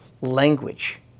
language